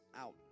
out